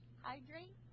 Hydrate